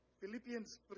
Philippians